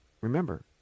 remember